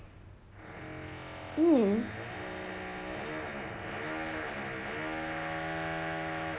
mm